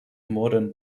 modern